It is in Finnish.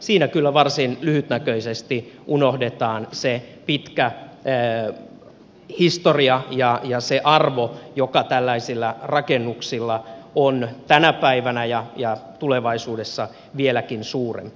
siinä kyllä varsin lyhytnäköisesti unohdetaan se pitkä historia ja se arvo joka tällaisilla rakennuksilla on tänä päivänä ja tulevaisuudessa vieläkin suurempi